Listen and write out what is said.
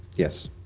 yes.